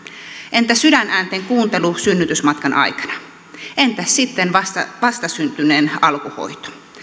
entä sydänäänten kuuntelu synnytysmatkan aikana entäs sitten vastasyntyneen alkuhoito